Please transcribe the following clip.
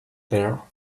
there